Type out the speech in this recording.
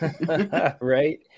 right